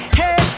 hey